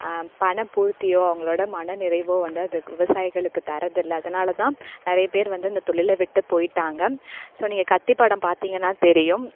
பணப்பூர்த்தியோ அவங்களோட மனநிறைவோ வந்து அதை விவசாயிகளுக்கு தர்றதில்லை அதனால்தான் நிறைய பேர் வந்து இந்த தொழில விட்டு போய்விட்டாங்க ஸோ நீங்கள் கத்தி படம் பார்த்தீங்கன்னா தெரியும்